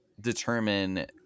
determine